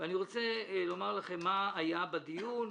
אני רוצה לומר לכם מה היה בדיון.